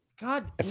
God